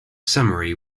summary